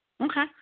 Okay